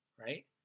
right